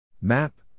Map